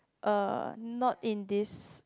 uh not in this